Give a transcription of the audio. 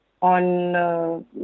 on